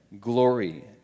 glory